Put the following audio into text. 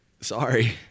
Sorry